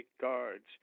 guards